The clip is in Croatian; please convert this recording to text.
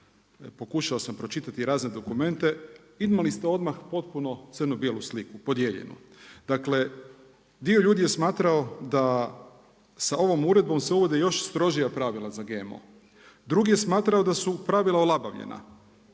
pokušao sam pročitati razne dokumente, imali ste odmah potpuno crno bijelu sliku, podijeljenu. Dakle, dio ljudi je smatrao da sa ovom uredbom se uvodi još stroža pravila za GMO. Drugi je smatrao da su pravila olabavljena,